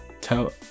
Tell